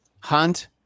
Hunt